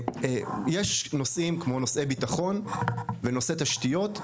יש נושאים כמו נושאי ביטחון ונושאי תשתיות,